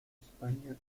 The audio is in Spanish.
españa